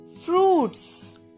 fruits